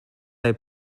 they